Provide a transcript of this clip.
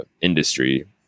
industry